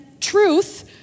truth